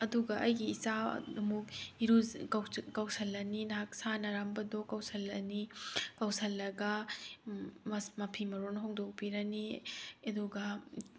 ꯑꯗꯨꯒ ꯑꯩꯒꯤ ꯏꯆꯥ ꯑꯃꯨꯛ ꯀꯧꯁꯤꯜꯂꯅꯤ ꯉꯥꯏꯍꯥꯛ ꯁꯥꯟꯅꯔꯝꯕꯗꯨ ꯀꯧꯁꯤꯜꯂꯅꯤ ꯀꯧꯁꯤꯜꯂꯒ ꯃꯐꯤ ꯃꯔꯣꯟ ꯍꯣꯡꯗꯣꯛꯄꯤꯔꯅꯤ ꯑꯗꯨꯒ